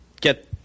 get